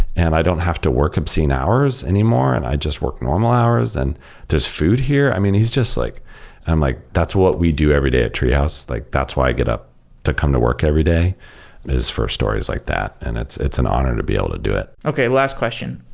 and i don't have to work obscene hours anymore, and i just work normal hours. and there's this food here. i mean, he's just like i'm like, that's what we do every day at treehouse. like that's why i get up to come to work every day is for stories like that, and it's it's an honor to be able to do it okay. last question.